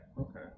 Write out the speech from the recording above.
okay